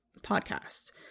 podcast